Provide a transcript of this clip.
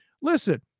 listen